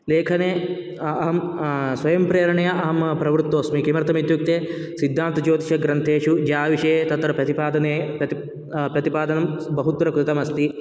लेखने अहं स्वयं प्रेरणया अहं प्रवृतोस्मि किमर्थम् इत्युक्ते सिद्धान्तजोतिषग्रन्थेषु या विषये तत्र प्रतिपादने प्रति प्रतिपादनं बहुत्र कृतम् अस्ति